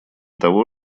того